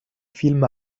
film